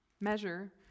Measure